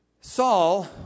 Saul